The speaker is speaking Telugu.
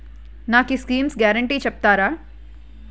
నాకు ఈ స్కీమ్స్ గ్యారంటీ చెప్తారా?